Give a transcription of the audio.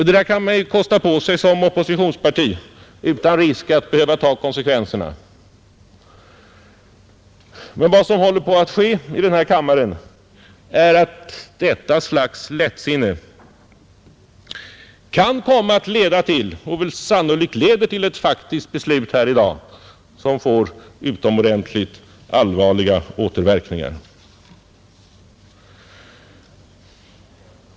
Det kan man kosta på sig som oppositionsparti utan risk att behöva ta konsekvenserna, men vad som håller på att ske i denna kammare är att detta slags lättsinne kan komma att leda till och väl sannolikt leder till ett faktiskt beslut här i dag som får utomordentligt allvarliga återverkningar.